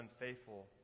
unfaithful